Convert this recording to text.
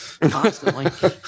Constantly